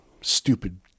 stupid